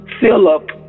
Philip